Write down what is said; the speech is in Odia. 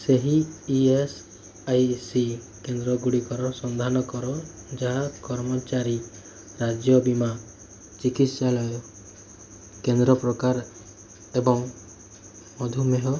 ସେହି ଇ ଏସ୍ ଆଇ ସି କେନ୍ଦ୍ରଗୁଡ଼ିକର ସନ୍ଧାନ କର ଯାହା କର୍ମଚାରୀ ରାଜ୍ୟ ବୀମା ଚିକିତ୍ସାଳୟ କେନ୍ଦ୍ର ପ୍ରକାର ଏବଂ ମଧୁମେହ